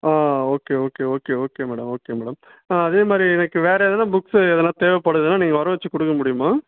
ஆ okay okay okay okay madam okay madam ஆ அதே மாதிரி எனக்கு வேற எதனால் புக்ஸு எதனால் தேவைப்படுதுனா நீங்கள் வர வச்சு கொடுக்க முடியுமா